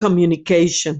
communication